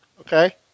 okay